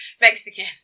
Mexican